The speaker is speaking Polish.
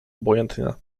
obojętnie